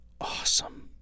awesome